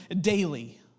daily